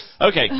Okay